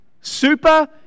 Super